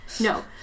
No